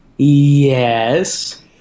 Yes